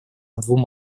двум